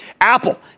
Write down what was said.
Apple